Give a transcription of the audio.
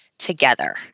together